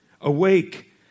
Awake